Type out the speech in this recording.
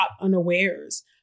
unawares